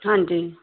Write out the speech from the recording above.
ਹਾਂਜੀ